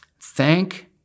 Thank